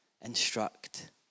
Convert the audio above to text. instruct